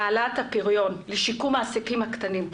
להעלאת הפריון, לשיקום העסקים הקטנים.